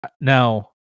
now